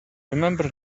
remember